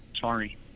sorry